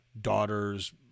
daughters